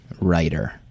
writer